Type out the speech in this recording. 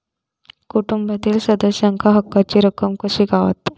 कुटुंबातील सदस्यांका हक्काची रक्कम कशी गावात?